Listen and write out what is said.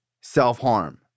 self-harm